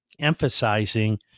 emphasizing